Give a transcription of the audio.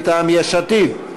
מטעם יש עתיד,